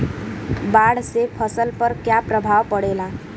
बाढ़ से फसल पर क्या प्रभाव पड़ेला?